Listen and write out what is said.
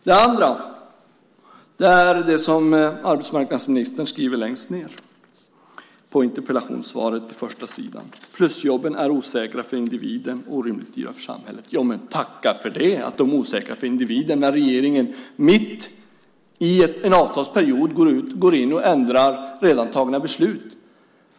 Det andra är det som arbetsmarknadsministern säger i slutet av interpellationssvaret: Plusjobben är osäkra för individen och orimligt dyra för samhället. Jo, men tacka för det, att de är osäkra för individen när regeringen mitt i en avtalsperiod går in och ändrar redan fattade beslut.